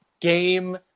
game